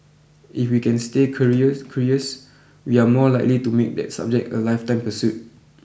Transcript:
if we can stay curious we are more likely to make that subject a lifetime pursuit